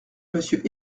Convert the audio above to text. monsieur